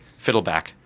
Fiddleback